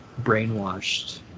brainwashed